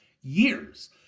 years